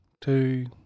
two